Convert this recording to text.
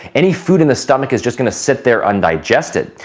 any food in the stomach is just going to sit there undigested.